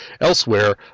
elsewhere